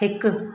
हिकु